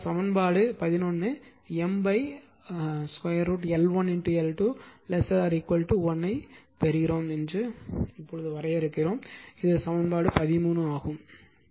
ஆகையால் சமன்பாடு 11 M √ L1L2 1 ஐ பெறும் என்று வரையறுக்கிறோம் இது சமன்பாடு 13 ஆகும்